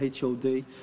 HOD